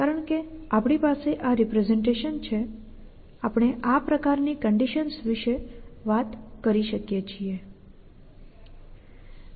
કારણ કે આપણી પાસે આ રિપ્રેસેંટેશન છે આપણે આ પ્રકારની કન્ડિશન્સ વિશે વાત કરી શકીએ છીએ